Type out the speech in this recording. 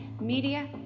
media